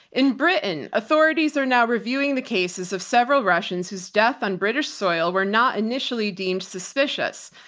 in britain, authorities are now reviewing the cases of several russians whose deaths on british soil were not initially deemed suspicious.